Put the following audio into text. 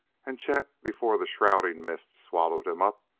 and chet, before the shrouding mist swallowed him up,